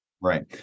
Right